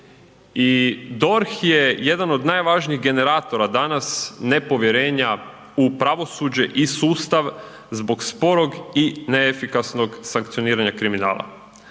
i DORH je jedan od najvažnijih generatora danas nepovjerenja u pravosuđe i sustav zbog sporog i neefikasnog sankcioniranja kriminala.